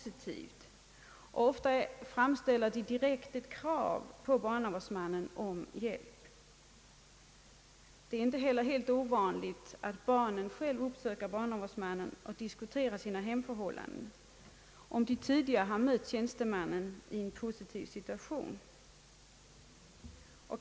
Inte sällan framställer de ett direkt krav på barnavårdsmannen om hjälp. Det är inte heller ovanligt att barnen själva uppsöker barnavårdsmannen och diskuterar sina hemförhållanden, särskilt om de tidigare har mött vederbörande tjänsteman i en positiv situation.